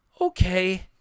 Okay